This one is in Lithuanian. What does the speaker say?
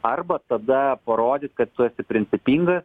arba tada parodyt kad tu esi principingas